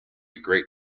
great